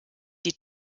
die